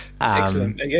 Excellent